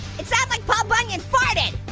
it sounds like paul bunion farted.